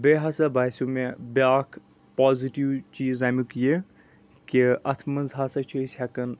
بیٚیہِ ہسا باسیو مےٚ بیٛاکھ پازِٹِو چیٖز اَمیُک یہِ کہ اَتھ منٛز ہسا چھ أسۍ ہٮ۪کان